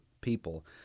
people